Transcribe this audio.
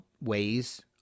ways